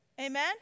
Amen